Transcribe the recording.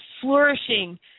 flourishing